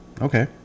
okay